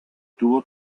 tuvo